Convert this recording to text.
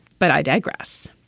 but i digress.